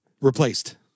replaced